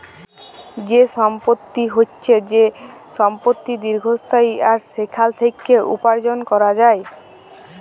যে সম্পত্তি হচ্যে যে সম্পত্তি দীর্ঘস্থায়ী আর সেখাল থেক্যে উপার্জন ক্যরা যায়